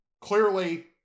clearly